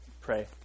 pray